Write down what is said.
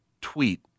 tweet